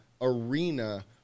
arena